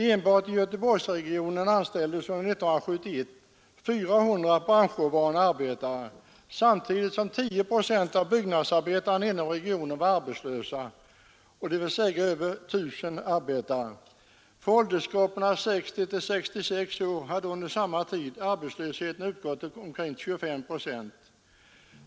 Enbart i Göteborgsregionen anställdes 400 branschovana arbetare under år 1971, samtidigt som 10 procent av byggnadsarbetarna inom regionen var arbetslösa, dvs. över 1 000 arbetare. För åldersgruppen 60—66 år hade under samma tid arbetslösheten uppgått till omkring 25 procent.